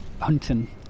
hunting